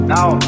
Now